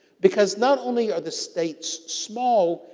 because, not only are the states small,